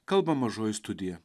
kalba mažoji studija